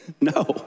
No